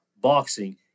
boxing